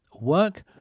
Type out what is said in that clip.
Work